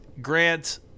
Grant